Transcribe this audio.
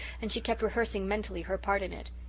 and she kept rehearsing mentally her part in it.